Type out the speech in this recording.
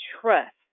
trust